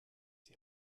die